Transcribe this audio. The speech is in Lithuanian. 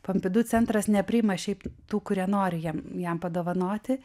pompidu centras nepriima šiaip tų kurie nori jam jam padovanoti